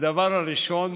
הדבר הראשון: